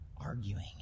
arguing